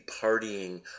partying